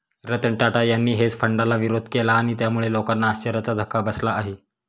रतन टाटा यांनी हेज फंडाला विरोध केला आणि त्यामुळे लोकांना आश्चर्याचा धक्का बसला आहे